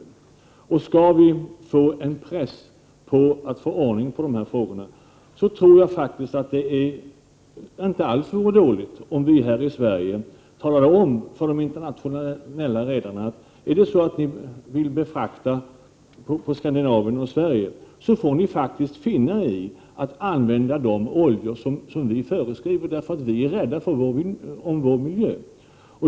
Om vi här i Sverige skall kunna sätta någon press för att få ordning på dessa frågor, vore det inte alls dåligt om vi talade om för de internationella redarna att de, om de vill befrakta på Skandinavien och Sverige, faktiskt får finna sig i att använda de oljor som vi föreskriver, därför att vi är rädda om vår miljö.